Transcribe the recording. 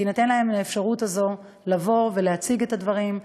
תינתן להן האפשרות לבוא ולהציג את הדברים,